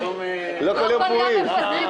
היום תאמינו או לא פטור מחובת הנחה להצעת חוק התפזרות